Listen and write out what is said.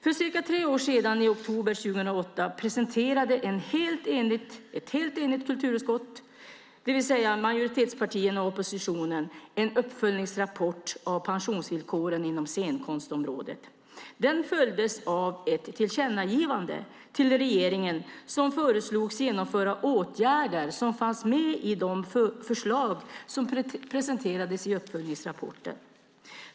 För cirka tre år sedan, i oktober 2008, presenterade ett helt enigt kulturutskott, det vill säga majoritetspartierna och oppositionen, en uppföljningsrapport om pensionsvillkoren inom scenkonstområdet. Den följdes av ett tillkännagivande till regeringen som föreslogs genomföra de åtgärder som fanns med i förslagen som presenterades i uppföljningsrapporten.